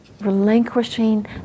relinquishing